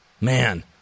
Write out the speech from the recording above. Man